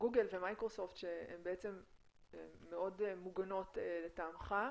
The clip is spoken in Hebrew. גוגל ומיקרוסופט שהן בעצם מאוד מוגנות לטעמך,